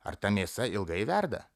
ar ta mėsa ilgai verda